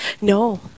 No